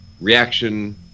reaction